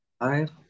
Five